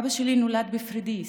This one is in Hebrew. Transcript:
אבא שלי נולד בפוריידיס,